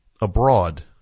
abroad